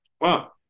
Wow